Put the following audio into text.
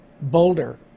Boulder